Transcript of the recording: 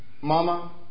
Mama